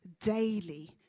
daily